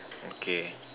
okay